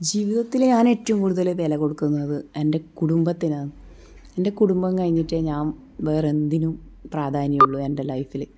ജീവിതത്തിൽ ഞാൻ ഏറ്റവും കൂടുതൽ വില കൊടുക്കുന്നത് എൻ്റെ കുടുംബത്തിനാന്ന് എൻ്റെ കുടുംബം കഴിഞ്ഞിട്ടേ ഞാൻ വേറെ എന്തിനും പ്രാധാന്യം ഉള്ളൂ എൻ്റെ ലൈഫില്